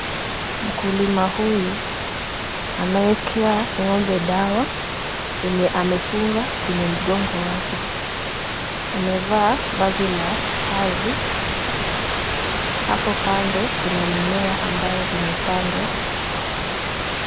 Mkulima huyu anaekea ng'ombe dawa yenye amefunga kwenye mgongo wake. Amevaa vazi la kazi. Hapo kando kuna mimea ambayo zimepandwa.